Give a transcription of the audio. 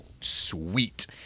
Sweet